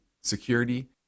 security